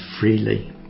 freely